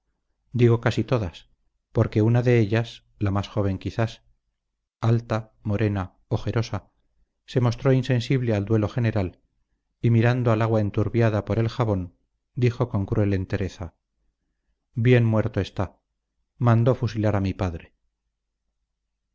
digo casi todas porque una de ellas la más joven quizás alta morena ojerosa se mostró insensible al duelo general y mirando al agua enturbiada por el jabón dijo con cruel entereza bien muerto está mandó fusilar a mi padre